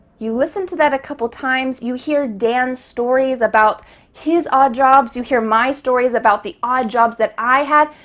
you listen to that a couple times. you hear dan's stories about his odd jobs. you hear my stories about the odd jobs that i had,